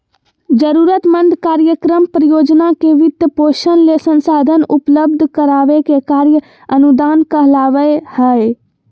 जरूरतमंद कार्यक्रम, परियोजना के वित्तपोषण ले संसाधन उपलब्ध कराबे के कार्य अनुदान कहलावय हय